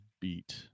beat